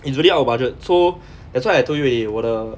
it's really out of budget so that's why I told you already 我的